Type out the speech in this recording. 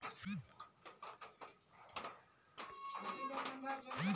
निचोत जुताईर खेतत शलगमेर पौधार फुटाव अच्छा स हछेक